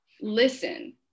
listen